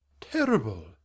terrible